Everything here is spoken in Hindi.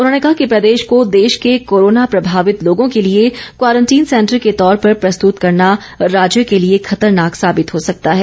उन्होंने कहा कि प्रदेश को देश के कोरोना प्रभावित लोगों के लिए क्वारंटीन सेंटर के तौर पर प्रस्तुत करना राज्य के लिए खतरनाक साबित हो सकता है